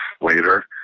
later